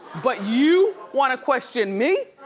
but you want to question me